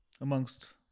Amongst